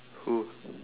who